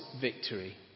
victory